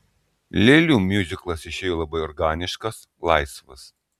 lėlių miuziklas išėjo labai organiškas laisvas